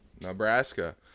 Nebraska